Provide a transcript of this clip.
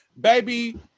Baby